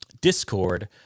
Discord